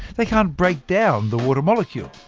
they can't break down the water molecule.